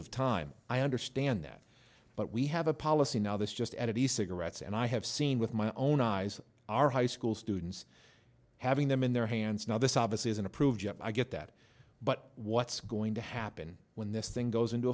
of time i understand that but we have a policy now this just out of the cigarettes and i have seen with my own eyes are high school students having them in their hands now this obviously isn't approved i get that but what's going to happen when this thing goes into